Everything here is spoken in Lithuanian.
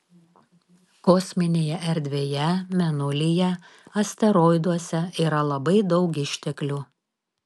kosminėje erdvėje mėnulyje asteroiduose yra labai daug išteklių